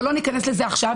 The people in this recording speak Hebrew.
אבל לא ניכנס לזה עכשיו,